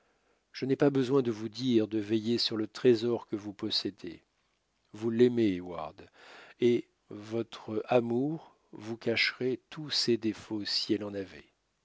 je n'ai pas besoin de vous dire de veiller sur le trésor que vous possédez vous l'aimez heyward et votre amour vous cacherait tous ses défauts si elle en avait